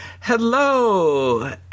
Hello